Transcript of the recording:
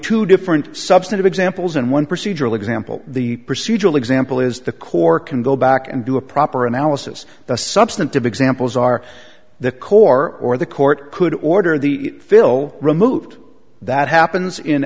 two different substantive examples and one procedural example the procedural example is the core can go back and do a proper analysis the substantive examples are the core or the court could order the fill removed that happens in